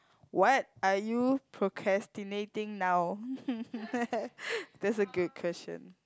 what are you procrastinating now that's a good question